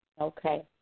Okay